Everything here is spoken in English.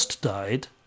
died